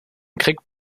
kriegt